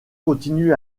continue